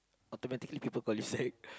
automatically people call you Zack